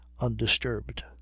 undisturbed